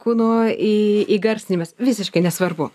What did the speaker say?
kūno į įgarsinimas visiškai nesvarbu